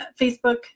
Facebook